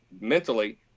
mentally